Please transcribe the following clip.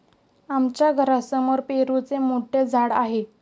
आमच्या घरासमोर पेरूचे मोठे झाड आहे